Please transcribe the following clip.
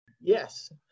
Yes